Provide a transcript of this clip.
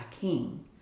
King